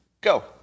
Go